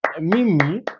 Mimi